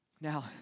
Now